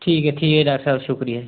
ठीक ऐ ठीक ऐ डाक्टर साह्ब शुक्रिया जी